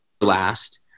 last